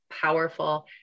powerful